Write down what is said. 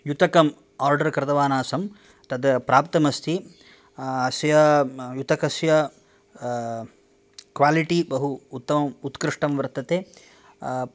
युतकम् आर्डर् कृतवानासम् तत् प्राप्तमस्ति अस्य युतकस्य क्वालिटि बहु उत्तमम् उत्कृष्टं वर्तते